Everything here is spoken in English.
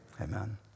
Amen